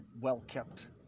well-kept